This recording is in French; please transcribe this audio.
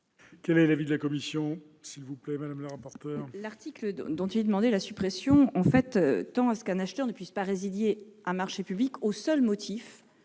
Quel est l'avis de la commission ?